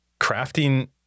crafting